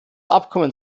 abkommen